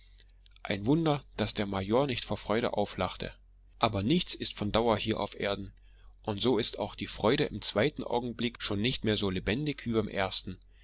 ein wunder daß der major nicht vor freude auflachte aber nichts ist von dauer hier auf erden und so ist auch die freude im zweiten augenblick schon nicht mehr so lebendig wie im ersten